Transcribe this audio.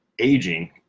aging